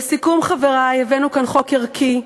לסיכום, חברי, הבאנו לכאן חוק ערכי,